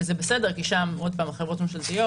זה בסדר כי שם חברות ממשלתיות,